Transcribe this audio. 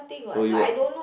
so you got